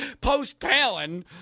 post-Palin